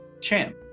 Champ